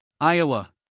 Iowa